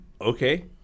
okay